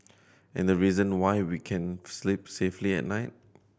and the reason why we can sleep safely at night